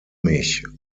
mich